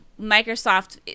Microsoft